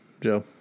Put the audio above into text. Joe